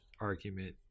argument